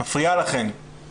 מפריעה לכן.